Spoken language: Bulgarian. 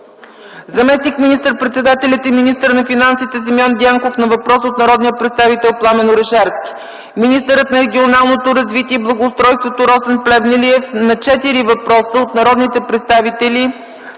заместник министър-председателят и министър на финансите Симеон Дянков на въпрос от народния представител Пламен Орешарски; - министърът на регионалното развитие и благоустройството Росен Плевнелиев на четири въпроса: от народните представители